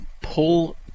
pull